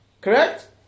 correct